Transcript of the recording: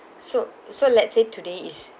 so so let's say today is